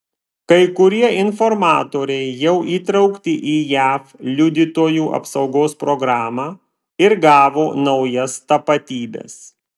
kai kurie informatoriai jau įtraukti į jav liudytojų apsaugos programą ir gavo naujas tapatybes